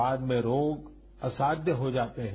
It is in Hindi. बाद में रोग असाध्य हो जाते हैं